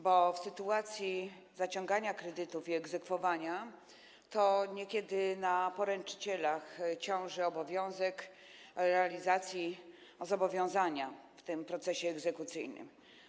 Bo w sytuacji zaciągania kredytów i egzekwowania to niekiedy na poręczycielach ciąży obowiązek realizacji zobowiązania w tym procesie egzekucyjnym.